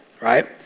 right